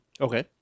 Okay